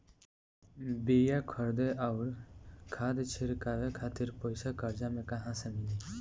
बीया खरीदे आउर खाद छिटवावे खातिर पईसा कर्जा मे कहाँसे मिली?